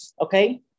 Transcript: Okay